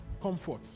Comfort